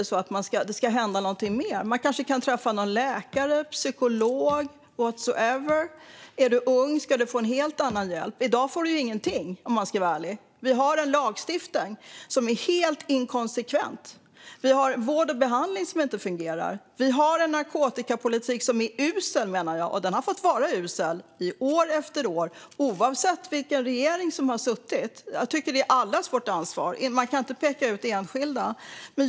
Kanske ska man träffa en läkare, psykolog eller liknande. Är du ung ska du få helt annan hjälp. I dag får du ingenting, om man ska vara ärlig. Vi har en lagstiftning som är helt inkonsekvent. Vi har vård och behandling som inte fungerar. Enligt mig har vi en usel narkotikapolitik, och den har fått vara usel i år efter år oavsett vilken regering vi har haft. Det här är allas vårt ansvar. Man kan inte peka ut enskilda.